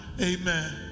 Amen